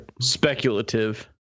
Speculative